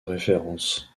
référence